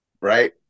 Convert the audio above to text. right